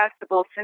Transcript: possible